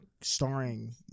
starring